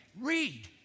Read